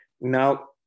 Now